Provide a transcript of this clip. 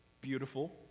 beautiful